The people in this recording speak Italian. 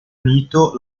unito